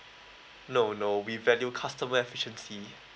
no no we value customer efficiency